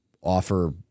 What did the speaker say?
offer